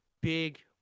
big